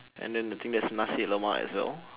and then I think there's nasi-lemak as well